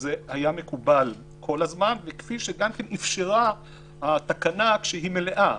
שזה היה מקובל כל הזמן וכפי שאפשרה התקנה המלאה,